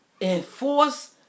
enforce